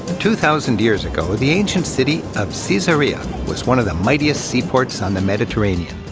two thousand years ago, the ancient city of so caesarea was one of the mightiest seaports on the mediterranean.